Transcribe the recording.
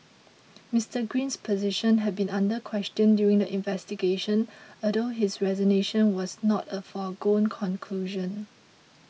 Mister Green's position had been under question during the investigation although his resignation was not a foregone conclusion